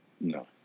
No